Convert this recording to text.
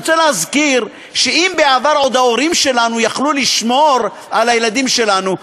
אני רוצה להזכיר שאם בעבר ההורים שלנו יכלו לשמור על הילדים שלנו,